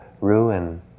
ruin